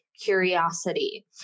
curiosity